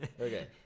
Okay